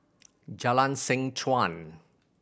Jalan Seh Chuan